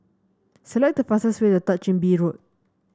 select the fastest way to Third Chin Bee Road